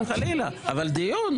חלילה, אבל דיון.